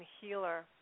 healer